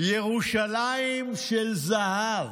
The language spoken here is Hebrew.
"ירושלים של זהב".